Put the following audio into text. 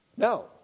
No